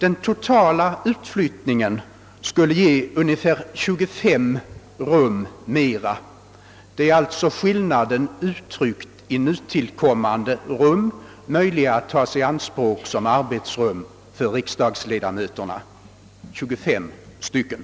En total utflyttning skulle ge cirka 25 rum mer. Detta är alltså skillnaden uttryckt i nytillkommande rum, möjliga att tas i anspråk som arbetsrum för riksdagsledamöterna: 25 stycken.